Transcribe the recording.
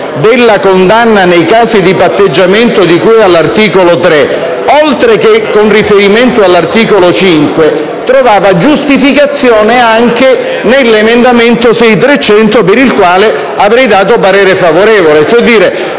condanna nei casi di patteggiamento, di cui all'articolo 3, oltre che con riferimento all'articolo 5, trovava giustificazione anche nell'emendamento 6.300, sul quale avrei espresso parere favorevole.